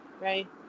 right